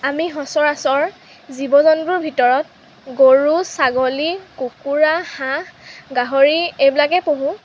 আমি সচৰাচৰ জীৱ জন্তুৰ ভিতৰত গৰু ছাগলী কুকুৰা হাঁহ গাহৰি এইবিলাকেই পুহোঁ